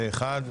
פה אחד.